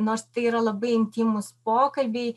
nors tai yra labai intymūs pokalbiai